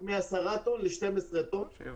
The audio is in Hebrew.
בהמשך לשאלתך בעניין --- אז זה טעון שינוי של הנוסח.